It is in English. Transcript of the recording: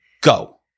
Go